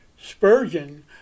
Spurgeon